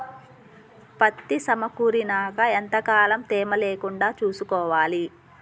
పత్తి సమకూరినాక ఎంత కాలం తేమ లేకుండా చూసుకోవాలి?